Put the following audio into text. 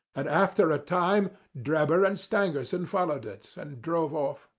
and after a time drebber and stangerson followed it, and drove off.